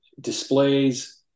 displays